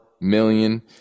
million